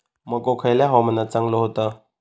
मको खयल्या हवामानात चांगलो होता?